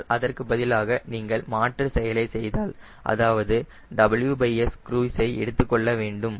ஆனால் அதற்கு பதிலாக நீங்கள் மாற்று செயலை செய்தால் அதாவது நீங்கள் WS க்ரூய்ஸ் ஐ எடுத்துக்கொள்ள வேண்டும்